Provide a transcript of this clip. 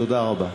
תודה רבה.